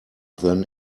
than